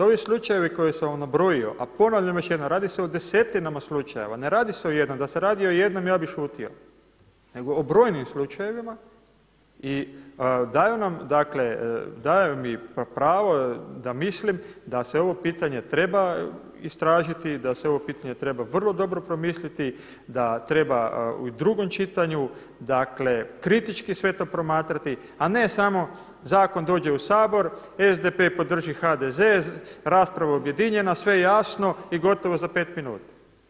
Ovi slučajevi koje sam vam nabrojio, a ponavljam još jednom, radi se o desetinama slučajeva, ne radi se o jednom, da se radi o jednom ja bi šutio nego o brojnim slučajevima i daju mi pravo da mislim da se ovo pitanje treba istražiti, da se ovo pitanje treba vrlo dobro promisliti, da treba u drugom čitanju kritički sve to promatrati, a ne samo zakon dođe u Sabor, SDP podrži HDZ, rasprava objedinjena sve jasno i gotovo za pet minuta.